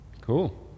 Cool